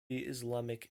islamic